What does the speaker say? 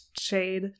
shade